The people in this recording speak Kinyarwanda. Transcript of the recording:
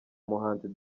umuhanzi